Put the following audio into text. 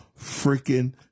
freaking